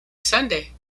sunday